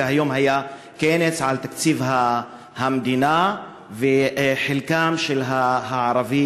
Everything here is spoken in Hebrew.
והיום היה כנס על תקציב המדינה וחלקם של הערבים,